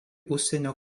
užsienio